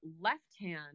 left-hand